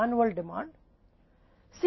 D वार्षिक मांग है